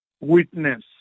witness